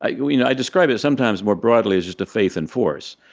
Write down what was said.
ah you you know i describe it sometimes more broadly as just a faith in force.